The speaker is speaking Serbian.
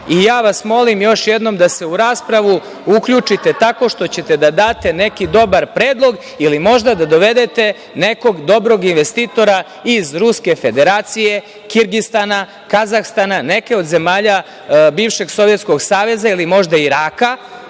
vas još jednom da se u raspravu uključite tako što ćete da date neki dobar predlog ili možda da dovedete nekog dobrog investitora iz Ruske Federacije, Kirgistana, Kazahstana, neke od zemalja bivšeg Sovjetskog saveza ili možda Iraka,